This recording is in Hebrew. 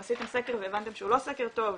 אם עשיתם סקר והבנתם שהוא לא סקר טוב,